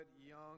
young